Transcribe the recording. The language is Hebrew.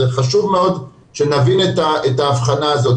וחשוב מאוד שנבין את הבחנה הזאת,